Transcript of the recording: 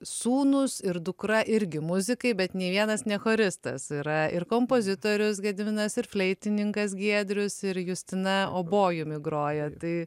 sūnūs ir dukra irgi muzikai bet nei vienas ne choristas yra ir kompozitorius gediminas ir fleitininkas giedrius ir justina obojumi groja tai